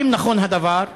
1. האם נכון הדבר?